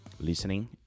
Listening